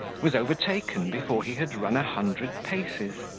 was overtaken before he had run a hundred paces.